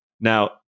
now